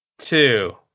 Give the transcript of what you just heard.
two